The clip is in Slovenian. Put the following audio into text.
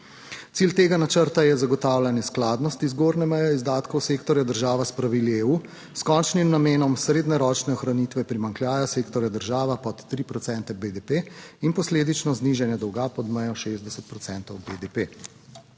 Cilj tega načrta je zagotavljanje skladnosti zgornje meje izdatkov sektorja država s pravili EU s končnim namenom srednjeročne ohranitve primanjkljaja sektorja država pod 3 procente BDP in posledično znižanje dolga pod mejo 60